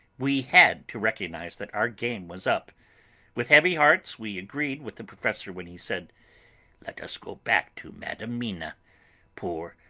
we had to recognise that our game was up with heavy hearts we agreed with the professor when he said let us go back to madam mina poor,